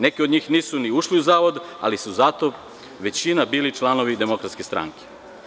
Neki od njih nisu ni ušli u Zavod, ali su zato većina bili članovi Demokratske stranke.